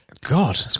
God